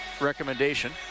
recommendation